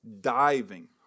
diving